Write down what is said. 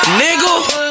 nigga